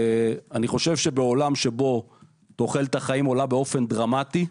אני חושב שבעולם בו תוחלת החיים עולה באופן דרמטי,